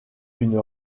une